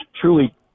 truly